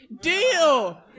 Deal